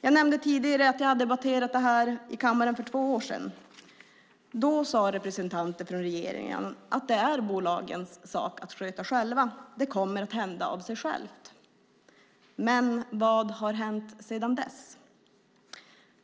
Jag nämnde tidigare att jag debatterade det här i kammaren för två år sedan. Då sade representanter för regeringen att det är bolagens sak att sköta det här själva och att det kommer att hända av sig självt. Men vad har hänt sedan dess?